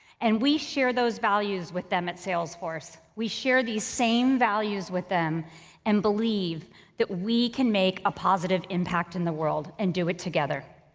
and we share those values with them at salesforce. we share these same values with them and believe that we can make a positive impact in the world and do it together.